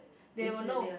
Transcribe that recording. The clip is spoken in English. they will know